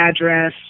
address